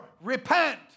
Repent